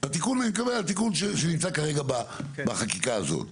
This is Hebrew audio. התיקון אני מקבל, התיקון שנמצא כרגע בחקיקה הזאת,